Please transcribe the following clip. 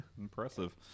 impressive